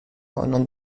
آنان